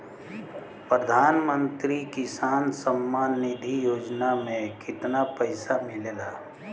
प्रधान मंत्री किसान सम्मान निधि योजना में कितना पैसा मिलेला?